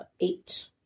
Eight